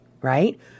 right